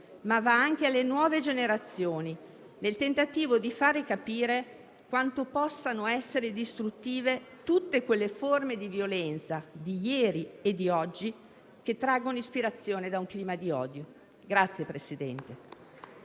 ma anche alle nuove generazioni nel tentativo di fare capire quanto possano essere distruttive tutte quelle forme di violenza di ieri e di oggi che traggono ispirazione da un clima di odio.